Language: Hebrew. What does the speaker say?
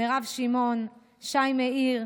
מירב שמעון ושי מאיר,